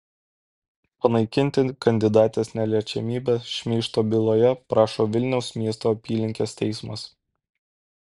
panaikinti kandidatės neliečiamybę šmeižto byloje prašo vilniaus miesto apylinkės teismas